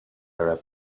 arab